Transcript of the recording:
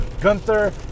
Gunther